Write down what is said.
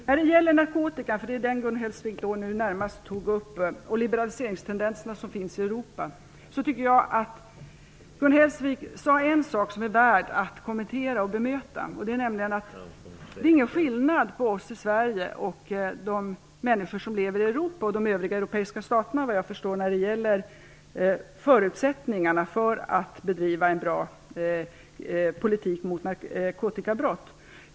När det gäller narkotikan, som Gun Hellsvik nu närmast tog upp, och liberaliseringstendenserna i Europa tycker jag att Gun Hellsvik sade något som är värt att kommentera och bemöta. Hon sade att det inte är någon skillnad mellan oss i Sverige och, såvitt jag förstår, de människor som lever i de övriga europeiska staterna när det gäller förutsättningarna för att bedriva en bra politik mot narkotikabrott.